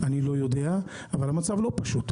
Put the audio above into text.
אני לא יודע, אבל המצב לא פשוט.